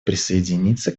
присоединиться